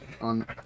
on